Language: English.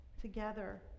together